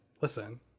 listen